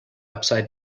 upside